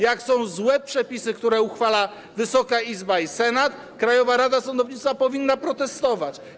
Jak są złe przepisy, które uchwalają Wysoka Izba i Senat, to Krajowa Rada Sądownictwa powinna protestować.